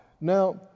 Now